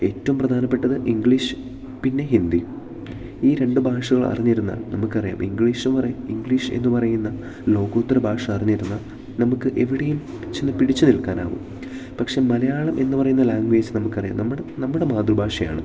ഏറ്റവും പ്രധാനപ്പെട്ടത് ഇംഗ്ലീഷ് പിന്നെ ഹിന്ദി ഈ രണ്ട് ഭാഷകൾ അറിഞ്ഞിരുന്നാൽ നമുക്കറിയാം ഇംഗ്ലീഷും പറയും ഇംഗ്ലീഷ് എന്ന് പറയുന്ന ലോകോത്തര ഭാഷ അറിഞ്ഞിരുന്ന നമുക്ക് എവിടെയും ചെന്നു പിടിച്ച് നിൽക്കാനാകും പക്ഷെ മലയാളം എന്ന് പറയുന്ന ലാംഗ്വേജ് നമുക്കറിയാം നമ്മുടെ നമ്മുടെ മാതൃഭാഷയാണ്